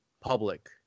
public